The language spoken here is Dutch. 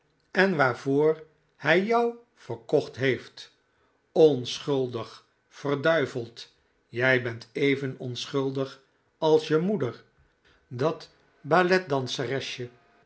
en waarvoor hij jou verkocht heeft onschuldig ver jij bent even onschuldig als je moeder dat